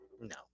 no